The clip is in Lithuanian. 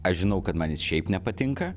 aš žinau kad man jis šiaip nepatinka